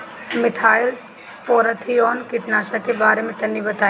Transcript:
Methyl parathion कीटनाशक के बारे में तनि बताई?